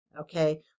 Okay